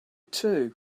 too